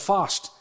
Fast